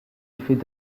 effets